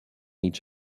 each